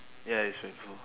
ya is painful